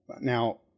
Now